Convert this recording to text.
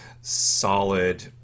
solid